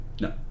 no